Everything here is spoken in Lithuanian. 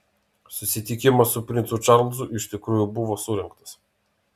susitikimas su princu čarlzu iš tikrųjų buvo surengtas